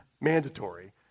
mandatory